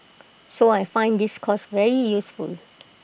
so I find this course very useful